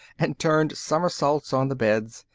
and turned somersaults on the beds,